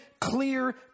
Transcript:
clear